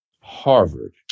Harvard